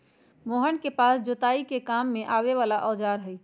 मोहन के पास जोताई के काम में आवे वाला औजार हई